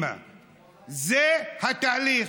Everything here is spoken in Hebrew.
18 ביולי,